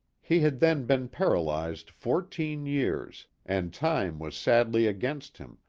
he had then been paralyzed fourteen years, and time was sadly against him,